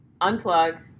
unplug